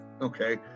Okay